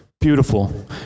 beautiful